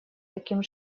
таким